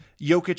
Jokic